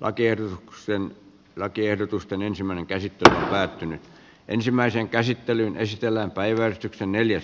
on kierroksen lakiehdotusten ensimmäinen käsittely päättynyt ensimmäisen käsittelyn esitellään päivätty uudelleen